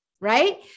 Right